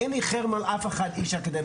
אין לי חרם על אף אחד מהאקדמיה,